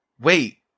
wait